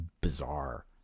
bizarre